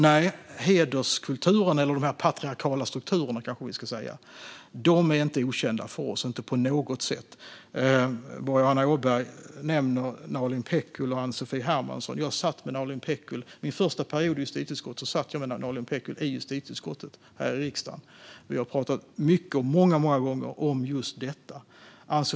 Nej, hederskulturen - de patriarkala strukturerna - är inte på något sätt okänd för oss. Boriana Åberg nämner Nalin Pekgul och Ann-Sofie Hermansson. Jag satt under min första period i riksdagen tillsammans med Nalin Pekgul i justitieutskottet, och vi pratade många gånger om just detta.